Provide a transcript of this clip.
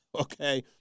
okay